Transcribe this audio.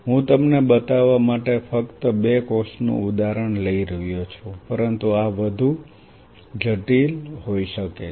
હું તમને બતાવવા માટે ફક્ત બે કોષોનું ઉદાહરણ લઈ રહ્યો છું પરંતુ આ વધુ જટિલ હોઈ શકે છે